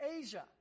Asia